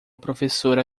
professora